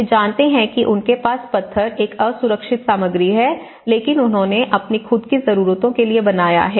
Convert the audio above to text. वे जानते हैं कि उनके पास पत्थर एक असुरक्षित सामग्री है लेकिन उन्होंने अपनी खुद की जरूरतों के लिए बनाया है